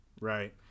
right